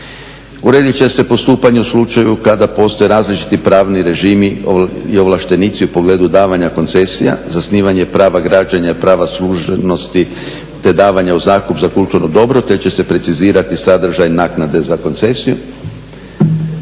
Uredit će se postupanje u slučaju kada postoje različiti pravni režimi i ovlaštenici u pogledu davanja koncesija, zasnivanje prava građenja i prava služnosti, te davanja u zakup za kulturno dobro te će se precizirati sadržaj naknade za koncesiju.